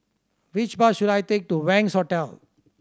which bus should I take to Wangz Hotel